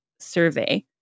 survey